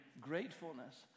gratefulness